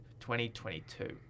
2022